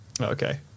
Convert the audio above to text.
Okay